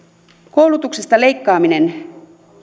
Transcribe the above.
koulutuksesta leikkaaminen